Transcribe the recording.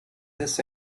this